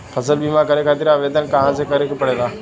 फसल बीमा करे खातिर आवेदन कहाँसे करे के पड़ेला?